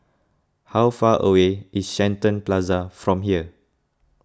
how far away is Shenton Plaza from here